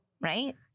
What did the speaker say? right